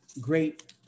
great